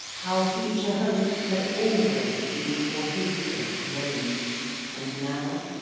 how future hopes had always been for his sake alone and now,